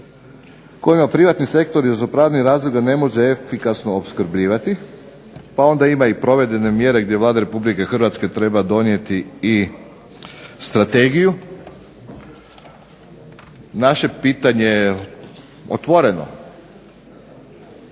kojima privatni sektori iz opravdanih razloga ne može efikasno opskrbljivati. Pa onda ima i provedbene mjere gdje Vlada Republike Hrvatske treba donijeti i strategiju. Naše pitanje je otvoreno,